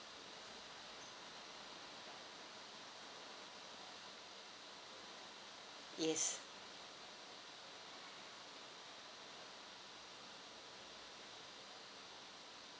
yes